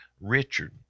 Richard